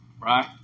Right